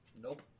Nope